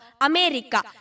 America